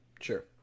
Sure